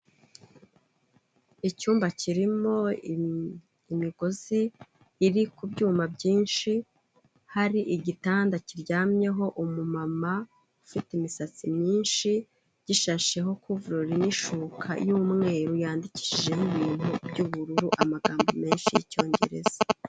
Icyumba kirimo imigozi iri ku byuma byinshi, hari igitanda kiryamyeho umumama ufite imisatsi myinshi, gishasheho kuvurori ni shuka y'umweru yandikishijeho ibintu by'ubururu, amagambo menshi y'icyongereza.